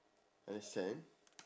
understand